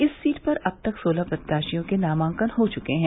इस सीट पर अब तक सोलह प्रत्याशियों के नामांकन हो चुके हैं